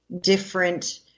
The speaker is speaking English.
different